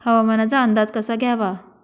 हवामानाचा अंदाज कसा घ्यावा?